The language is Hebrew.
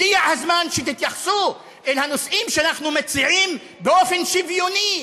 הגיע הזמן שתתייחסו אל הנושאים שאנחנו מציעים באופן שוויוני,